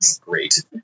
Great